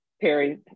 Perry